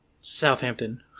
Southampton